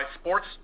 sports